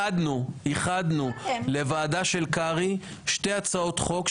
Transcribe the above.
איחדנו לוועדה של קרעי שתי הצעות חוק,